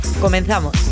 comenzamos